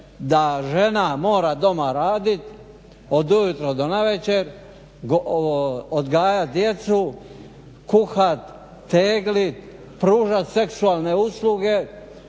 da žena mora doma raditi od ujutro do navečer, odgajati djecu, kuhati, teglit, pružati seksualne usluge